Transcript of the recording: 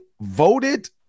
voted